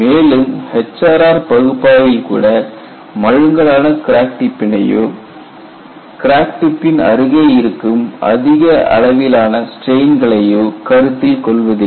மேலும் HRR பகுப்பாய்வில் கூட மழுங்கலான கிராக் டிப்பினையோ கிராக் டிப்பின் அருகே இருக்கும் அதிக அளவிலான ஸ்டிரெயின்களையோ கருத்தில் கொள்வதில்லை